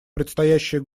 предстоящие